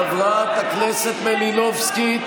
אני לא צריכה לשבת מאחורי --- חברת הכנסת מלינובסקי,